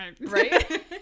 right